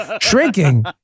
Shrinking